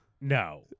No